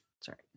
Sorry